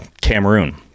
Cameroon